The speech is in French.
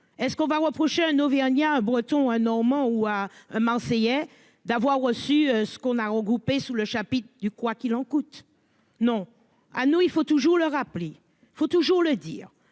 est-ce qu'on va reprocher un auvergnat breton un normand ou à marseillais d'avoir reçu ce qu'on a regroupé sous le chapiteau du quoi qu'il en coûte. Non ah nous il faut toujours le rappeler, il faut toujours le dire